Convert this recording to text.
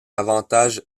avantage